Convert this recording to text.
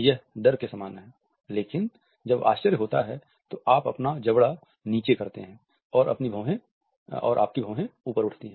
यह डर के समान है लेकिन जब आश्चर्य होता है तो आप अपना जबड़ा नीचे करते हैं और आपकी भौहें ऊपर उठती हैं